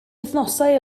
wythnosau